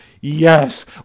Yes